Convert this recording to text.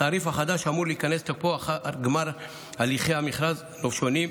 התעריף החדש אמור להיכנס לתוקפו לאחר גמר הליכי מכרז הנופשונים,